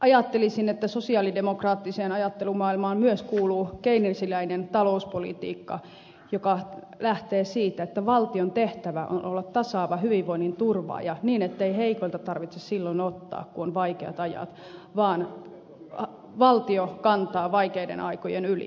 ajattelisin että sosialidemokraattiseen ajattelumaailmaan myös kuuluu keynesiläinen talouspolitiikka joka lähtee siitä että valtion tehtävä on olla tasaava hyvinvoinnin turvaaja niin ettei heikoilta tarvitse ottaa silloin kun on vaikeat ajat vaan valtio kantaa vaikeiden aikojen yli